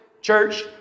Church